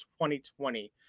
2020